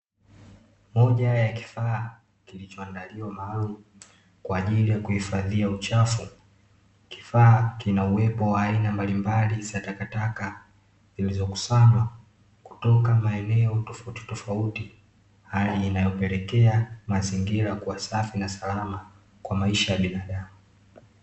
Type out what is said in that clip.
Moja ya kifaa kilichoandaliwa maalumu kwa ajili ya kuhifadhia uchafu, kifaa kina uwepo wa aina mbalimbali za takataka, zilizokusanywa kutoka maeneo tofauti tofauti hali inayopelekea mazingira kuwa safi na salama kwa maisha ya binadamu.